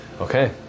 Okay